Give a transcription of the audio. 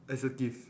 as a gift